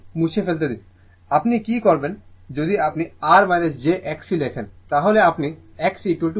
আমাকে এটি মুছে ফেলতে দিন আপনি কি করবেন যদি আপনি R j Xc লেখেন তাহলে আপনি Xc 1 ω c নিয়ে যাবেন